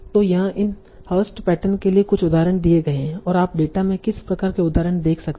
तो यहाँ इन हर्स्ट पैटर्न के लिए कुछ उदाहरण दिए गए हैं और आप डेटा में किस प्रकार के उदाहरण देख सकते हैं